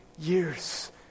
years